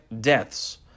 deaths